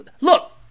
look